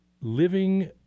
living